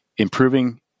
improving